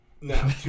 No